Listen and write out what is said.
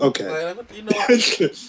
Okay